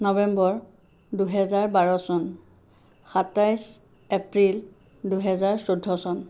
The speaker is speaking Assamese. নৱেম্বৰ দুহেজাৰ বাৰ চন সাতাইছ এপ্ৰিল দুহেজাৰ চৈধ্য চন